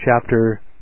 chapter